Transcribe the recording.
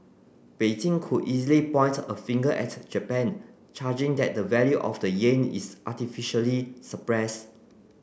Beijing could easily point a finger at Japan charging that the value of the yen is artificially suppressed